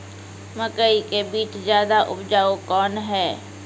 मकई के बीज ज्यादा उपजाऊ कौन है?